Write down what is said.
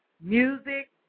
music